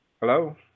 Hello